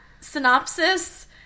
synopsis